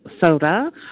soda